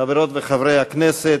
חברות וחברי הכנסת,